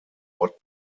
what